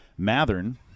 Mathern